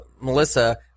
Melissa